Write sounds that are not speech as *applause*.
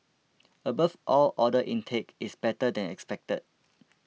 *noise* above all order intake is better than expected